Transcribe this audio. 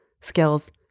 skills